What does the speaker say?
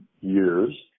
years